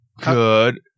Good